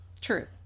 True